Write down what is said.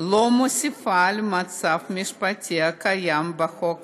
אינה מוסיפה למצב המשפטי הקיים בחוק